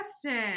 question